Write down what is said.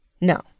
No